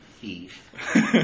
Thief